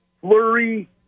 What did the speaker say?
Flurry